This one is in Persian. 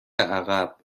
عقب